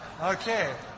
Okay